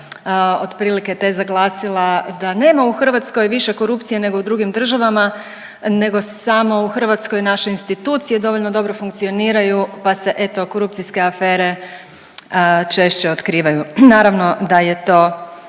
Otprilike teza je glasila da nema u Hrvatskoj više korupcije nego u drugim državama nego samo u Hrvatskoj naše institucije dovoljno dobro funkcioniraju pa se eto korupcijske afere češće otkrivaju. Naravno da je to